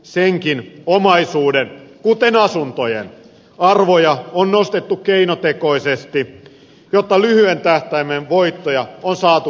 reaalisenkin omaisuuden kuten asuntojen arvoja on nostettu keinotekoisesti jotta lyhyen tähtäimen voittoja on saatu kasvatettua